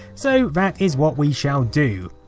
so that is what we shall do.